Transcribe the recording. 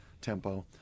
tempo